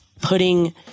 putting